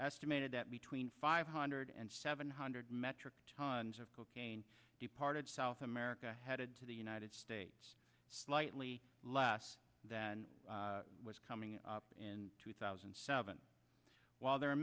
estimated that between five hundred and seven hundred metric tons of cocaine departed south america headed to the united states slightly less than was coming in in two thousand and seven while there are